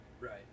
Right